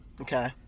Okay